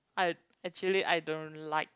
I actually I don't like